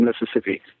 Mississippi